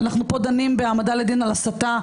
אנחנו פה דנים בהעמדה לדין על הסתה.